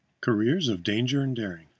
careers of danger and daring,